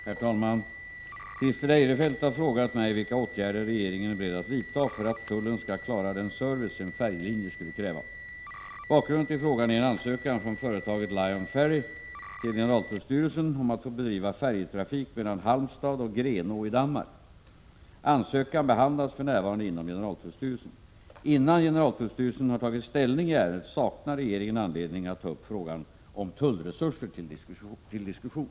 Herr talman! Christer Eirefelt har frågat mig vilka åtgärder regeringen är beredd att vidta för att tullen skall klara den service en färjelinje skulle kräva. Bakgrunden till frågan är en ansökan från företaget Lion Ferry till generaltullstyrelsen om att få bedriva färjetrafik mellan Halmstad och Grenå i Danmark. Ansökan behandlas för närvarande inom generaltullstyrelsen. Innan generaltullstyrelsen har tagit ställning i ärendet saknar regeringen anledning att ta upp frågan om tullresurser till diskussion.